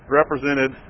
represented